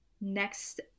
Next